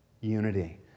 Unity